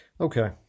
Okay